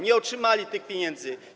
Nie otrzymali tych pieniędzy.